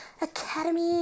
Academy